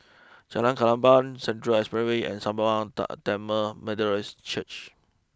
Jalan Klapa Central Expressway and Sembawang Tamil Methodist Church